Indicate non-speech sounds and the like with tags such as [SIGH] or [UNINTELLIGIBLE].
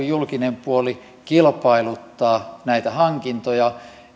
[UNINTELLIGIBLE] julkinen puoli kilpailuttaa näitä hankintoja